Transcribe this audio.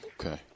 Okay